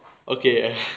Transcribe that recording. okay